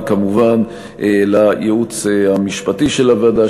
וכמובן לייעוץ המשפטי של הוועדה,